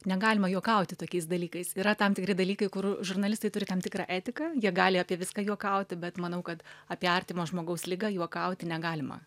negalima juokauti tokiais dalykais yra tam tikri dalykai kur žurnalistai turi tam tikra etiką jie gali apie viską juokauti bet manau kad apie artimo žmogaus ligą juokauti negalima